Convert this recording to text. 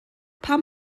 pam